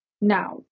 Now